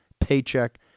paycheck